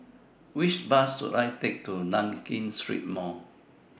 Which Bus should I Take to Nankin Street Mall